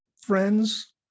friends